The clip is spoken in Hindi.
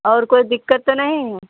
और कोई दिक्कत तो नहीं है